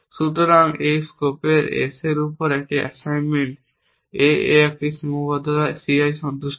সুতরাং একটি স্কোপের S এর উপর একটি অ্যাসাইনমেন্ট aa একটি সীমাবদ্ধতা ci সন্তুষ্ট করে